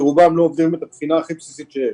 כי רובם לא עוברים את הבחינה הכי בסיסית שיש.